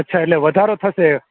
અચ્છા એટલે વધારો થશે